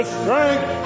strength